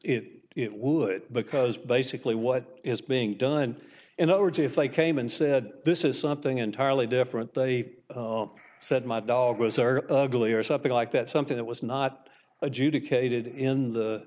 sense it would because basically what is being done in other words if they came and said this is something entirely different they said my dog was are ugly or something like that something that was not adjudicated in the